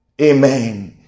Amen